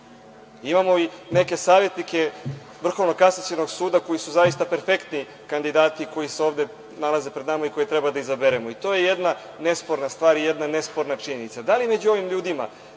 suda. Imamo i neke savetnike Vrhovnog kasacionog suda koji su zaista perfektni kandidati koji se ovde nalaze pred nama i koje treba da izaberemo, i to je jedna nesporna stvar i jedna nesporna činjenica. Da li je među ovim ljudima,